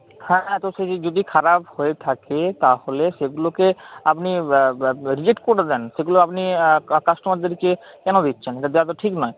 হ্যাঁ হ্যাঁ তো সে যদি খারাপ হয়ে থাকে তাহলে সেগুলোকে আপনি রিজেক্ট করে দেন সেগুলো আপনি কাস্টমারদেরকে কেন দিচ্ছেন এটা দেওয়া তো ঠিক নয়